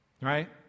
right